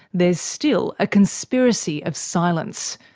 there's still a conspiracy of silence.